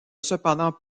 cependant